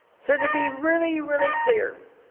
so to be really, really clear,